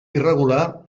irregular